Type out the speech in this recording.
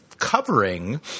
Covering